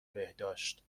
بهداشت